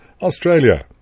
Australia